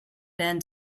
end